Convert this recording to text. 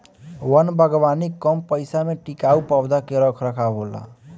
वन बागवानी कम पइसा में टिकाऊ पौधा के रख रखाव होला